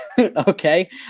okay